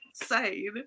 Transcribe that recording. insane